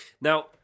Now